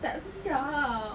tak sedap